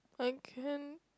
I can